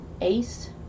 ace